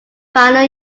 final